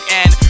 end